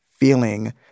Feeling